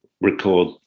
record